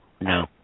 No